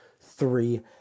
three